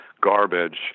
garbage